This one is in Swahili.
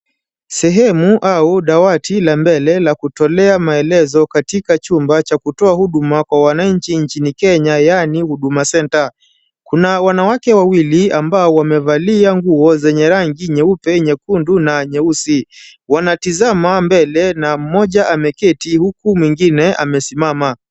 Sehemu au dawati la mbele la kutolea maelezo katika chumba cha kutoa huduma kwa wananchi nchini Kenya yaani huduma centre. Kuna wanawake wawili ambao wamevalia nguo zenye rangi nyeupe, nyekundu na nyeusi. Wanatizama mbele na mmoja ameketi huku mwingine amesimama.